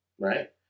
Right